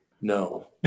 No